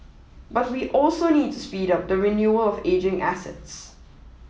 but we also need to speed up the renewal of ageing assets